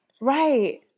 right